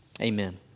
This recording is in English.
Amen